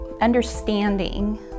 understanding